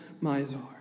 Mizar